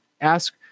ask